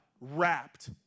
wrapped